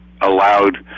allowed